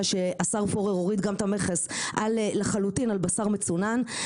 שהשר פורר הוריד גם את המכס לחלוטין על בשר מצונן,